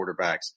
quarterbacks